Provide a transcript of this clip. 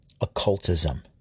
occultism